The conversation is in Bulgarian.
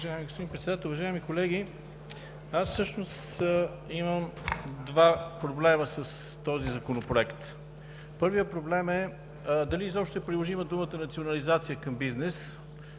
уважаеми колеги! Аз всъщност имам два проблема с този законопроект. Първият проблем е дали изобщо е приложима думата „национализация“ към бизнес,